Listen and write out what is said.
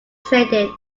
traded